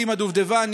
סימה דובדבני,